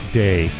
day